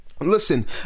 Listen